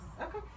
okay